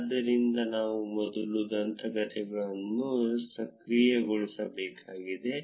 ಆದ್ದರಿಂದ ನಾವು ಮೊದಲು ದಂತಕಥೆಗಳನ್ನು ಸಕ್ರಿಯಗೊಳಿಸಬೇಕಾಗಿದೆ